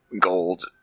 gold